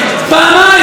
פעמיים.